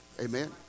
Amen